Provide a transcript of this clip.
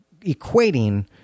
equating